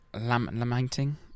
Lamenting